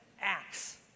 acts